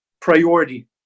priority